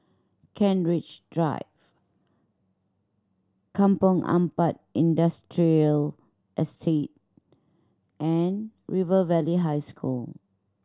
Kent Ridge Drive Kampong Ampat Industrial Estate and River Valley High School